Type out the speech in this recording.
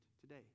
today